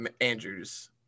Andrews